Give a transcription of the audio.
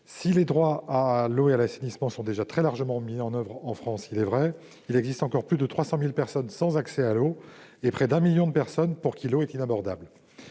Si les droits à l'eau et à l'assainissement sont déjà très largement mis en oeuvre en France, il existe encore plus de 300 000 personnes sans accès à l'eau et près d'un million de personnes pour qui l'eau est inabordable.